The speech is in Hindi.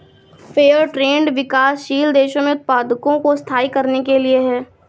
फेयर ट्रेड विकासशील देशों में उत्पादकों को स्थायी करने के लिए है